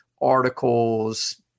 articles